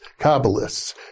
Kabbalists